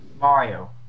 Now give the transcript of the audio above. Mario